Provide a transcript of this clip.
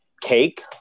cake